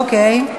אוקיי,